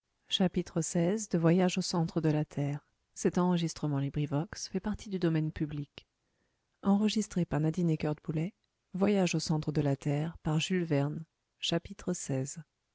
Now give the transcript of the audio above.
au centre de la